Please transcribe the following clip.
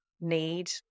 need